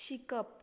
शिकप